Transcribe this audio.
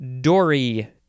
Dory